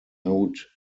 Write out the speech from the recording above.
note